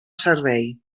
servei